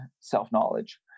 self-knowledge